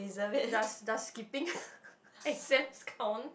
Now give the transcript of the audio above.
does does skipping exams count